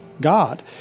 God